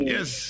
Yes